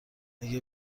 اگه